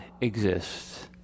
exists